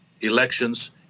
elections